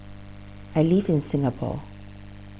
I live in Singapore